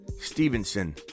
Stevenson